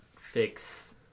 fix